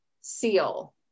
seal